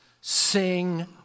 Sing